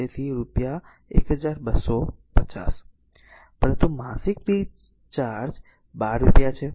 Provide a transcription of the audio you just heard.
5 તેથી રૂપિયા 1250 પરંતુ માસિક બેઝ ચાર્જ 12 રૂપિયા છે